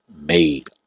made